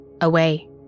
away